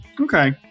Okay